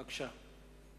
בבקשה.